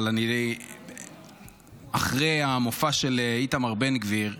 אבל אחרי המופע של איתמר בן גביר,